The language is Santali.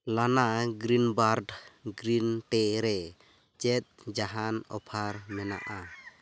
ᱞᱟᱱᱟ ᱜᱨᱤᱱᱵᱟᱨᱰ ᱜᱨᱤᱱ ᱴᱤ ᱨᱮ ᱪᱮᱫ ᱡᱟᱦᱟᱱ ᱚᱯᱷᱟᱨ ᱢᱮᱱᱟᱜᱼᱟ